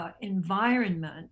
environment